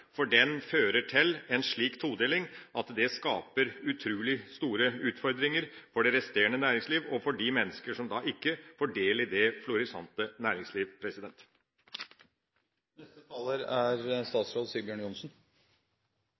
for det fører til en slik todeling at det skaper utrolig store utfordringer for det resterende næringsliv og for de mennesker som da ikke får del i det florisante næringsliv.